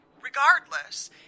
regardless